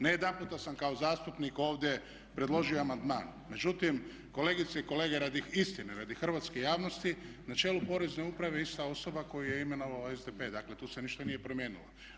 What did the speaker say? Ne jedanputa sam kao zastupnik ovdje predložio amandman, međutim kolegice i kolege radi istine, radi hrvatske javnosti na čelu porezne uprave je ista osoba koju je imenova SDP, dakle tu se ništa nije promijenilo.